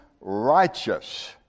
righteous